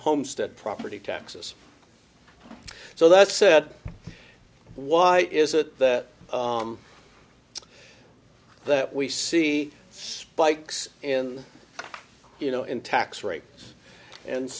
homestead property taxes so that said why is it that that we see spikes in you know in tax rates and